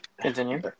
Continue